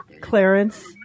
Clarence